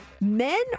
men